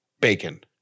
bacon